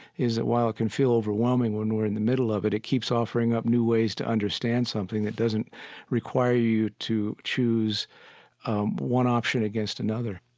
is that while it can feel overwhelming when we're in the middle of it, it keeps offering up new ways to understand something that doesn't require you to choose um one option against another